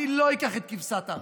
אני לא אקח את כבשת הרש,